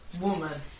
Woman